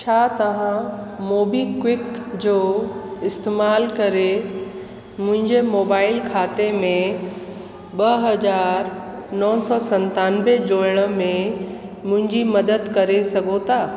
छा तव्हां मोबीक्विक जो इस्तेमाल करे मुंहिंजे मोबाइल खाते में ॿ हज़ार नव सौ सतानवे जोणण में मुंंहिंजी मदद करे सघो था